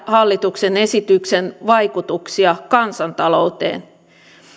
hallituksen esityksen vaikutuksia kansantalouteen